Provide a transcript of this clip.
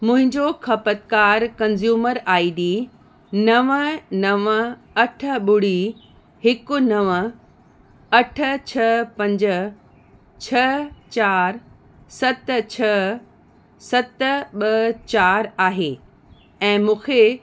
मुंहिंजो ख़पतकारु consumer I D नवं नवं अठ ॿुड़ी हिकु नवं अठ छह पंज छह चारि सत छह सत ॿ चारि आहे ऐं मूंखे